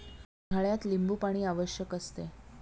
उन्हाळ्यात लिंबूपाणी आवश्यक असते